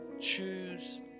Choose